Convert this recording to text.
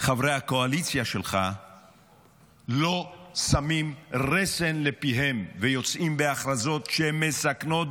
חברי הקואליציה שלך לא שמים רסן לפיהם ויוצאים בהכרזות שמסכנות.